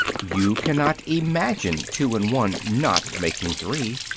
you cannot imagine two and one not making three.